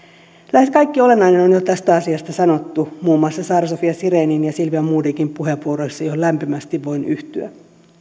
lähes kaikki olennainen on jo tästä asiasta sanottu muun muassa saara sofia sirenin ja silvia modigin puheenvuoroissa joihin lämpimästi voin yhtyä